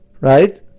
right